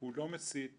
הוא לא מסית לרצח.